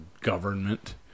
government